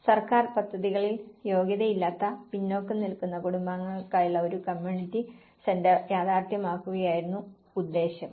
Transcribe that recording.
സർക്കാർ പദ്ധതികളിൽ യോഗ്യതയില്ലാത്ത പിന്നാക്കം നിൽക്കുന്ന കുടുംബങ്ങൾക്കായുള്ള ഒരു കമ്മ്യൂണിറ്റി സെന്റർ യാഥാർഥ്യമാക്കുകയായിരുന്നു ഉദ്ദേശം